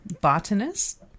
botanist